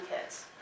kids